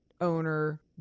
owner